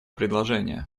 предложения